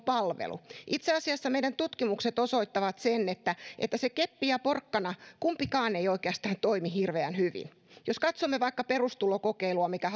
palvelu itse asiassa tutkimukset osoittavat sen että että kepistä ja porkkanasta kumpikaan ei oikeastaan toimi hirveän hyvin jos katsomme vaikkapa perustulokokeilua mikä